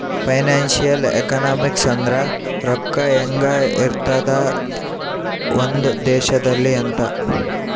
financial economics ಅಂದ್ರ ರೊಕ್ಕ ಹೆಂಗ ಇರ್ತದ ಒಂದ್ ದೇಶದಲ್ಲಿ ಅಂತ